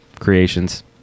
creations